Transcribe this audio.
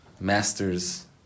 master's